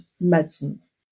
medicines